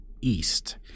east